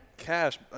Cash